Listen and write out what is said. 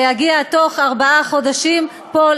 שהגיע תוך ארבעה חודשים לפה,